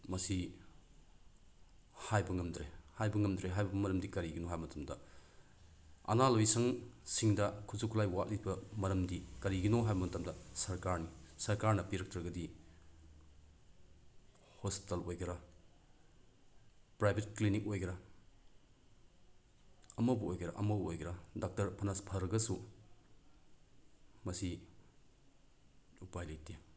ꯃꯁꯤ ꯍꯥꯏꯕ ꯉꯝꯗ꯭ꯔꯦ ꯍꯥꯏꯕ ꯉꯝꯗ꯭ꯔꯦ ꯍꯥꯏꯕꯒꯤ ꯃꯔꯝꯗꯤ ꯀꯔꯤꯅꯣ ꯍꯥꯏꯕ ꯃꯇꯝꯗ ꯑꯅꯥ ꯂꯣꯏꯁꯪꯁꯤꯡꯗ ꯈꯨꯠꯆꯨ ꯈꯨꯠꯂꯥꯏ ꯋꯥꯠꯂꯤꯕ ꯃꯔꯝꯗꯤ ꯀꯔꯤꯒꯤꯅꯣ ꯍꯥꯏꯕ ꯃꯇꯝꯗ ꯁꯔꯀꯥꯔꯅ ꯁꯔꯀꯥꯔꯅ ꯄꯤꯔꯛꯇ꯭ꯔꯒꯗꯤ ꯍꯣꯁꯄꯤꯇꯥꯜ ꯑꯣꯏꯒꯦꯔꯥ ꯄ꯭ꯔꯥꯏꯚꯦꯠ ꯀ꯭ꯂꯤꯅꯤꯛ ꯑꯣꯏꯒꯦꯔꯥ ꯑꯃꯕꯨ ꯑꯣꯏꯒꯦꯔꯥ ꯑꯃꯕꯨ ꯑꯣꯏꯒꯦꯔꯥ ꯗꯥꯛꯇꯔ ꯐꯅ ꯐꯔꯒꯁꯨ ꯃꯁꯤ ꯎꯄꯥꯏ ꯂꯩꯇꯦ